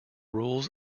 rules